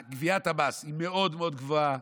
גביית המס מאוד מאוד גבוהה,